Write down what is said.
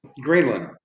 Greenland